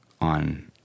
on